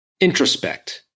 introspect